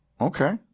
Okay